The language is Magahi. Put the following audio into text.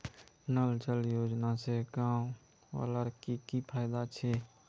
नल जल योजना से गाँव वालार की की फायदा छे?